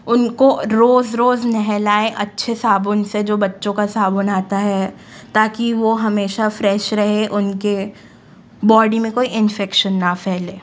उनको रोज़ रोज़ नेहलाएँ अच्छे साबुन से जो बच्चों का साबुन आता है ताकि वो हमेशा फ्रेश रहे उनके बॉडी में कोई इंफेक्शन ना फै़ले